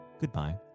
goodbye